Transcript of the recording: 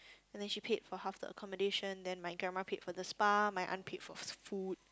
and then she paid for half the accommodation then my grandma paid for the spa my aunt paid for food